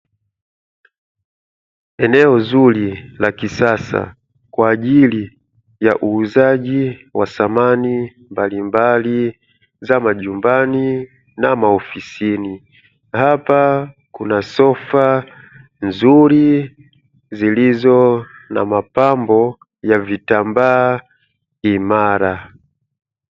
Eneo zuri la kisasa kwa ajili ya uuzaji wa samani mbalimbali za majumbani na maofisini. Hapa kuna sofa nzuri zilizo na mapambo ya vitambaa imara.